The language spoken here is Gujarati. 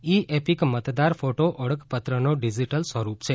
ઈ એપિક મતદાર ફોટો ઓળખપત્રનો ડીજીટલ સ્વરૂપ છે